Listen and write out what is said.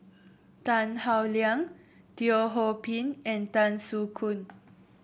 Tan Howe Liang Teo Ho Pin and Tan Soo Khoon